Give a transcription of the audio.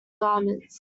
garments